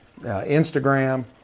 Instagram